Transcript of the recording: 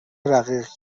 رقیق